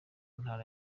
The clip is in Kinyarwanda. ntara